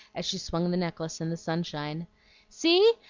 as she swung the necklace in the sunshine see!